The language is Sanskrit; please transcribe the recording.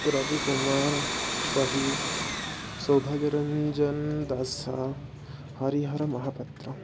रविकुमारः वहि सौभाग्यरञ्जनदासः हरिहरमहापत्रः